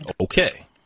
Okay